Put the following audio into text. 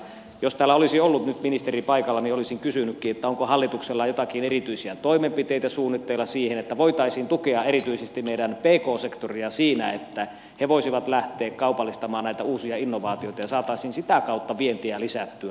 jos täällä olisi ollut nyt ministeri paikalla niin olisin kysynytkin onko hallituksella jotakin erityisiä toimenpiteitä suunnitteilla siihen että voitaisiin tukea erityisesti meidän pk sektoria siinä että he voisivat lähteä kaupallistamaan näitä uusia innovaatioita ja saataisiin sitä kautta vientiä lisättyä